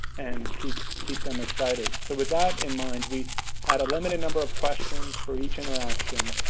and keep keep them excited. so with that in mind, we had a limited number of questions for each interaction.